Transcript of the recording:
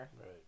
Right